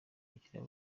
bakiriya